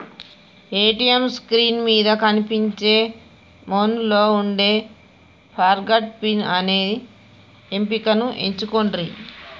ATM screen మీద కనిపించే మెనూలో వుండే ఫర్గాట్ పిన్ అనే ఎంపికను ఎంచుకొండ్రి